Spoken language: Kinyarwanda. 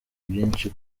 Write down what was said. byinshi